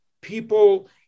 people